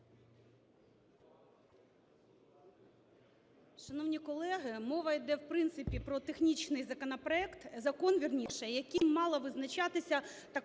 Шановні колеги, мова йде, в принципі, про технічний законопроект, закон вірніше, яким мало визначатися так